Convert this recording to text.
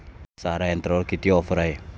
सारा यंत्रावर किती ऑफर आहे?